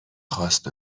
خواست